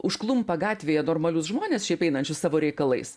užklumpa gatvėje normalius žmones šiaip einančius savo reikalais